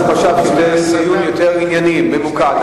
הוא חשב שזה דיון יותר ענייני ממוקד,